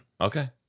Okay